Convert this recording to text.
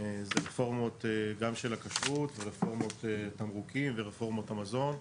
אלה רפורמות גם של הכשרות ורפורמות תמרוקים ורפורמות המזון.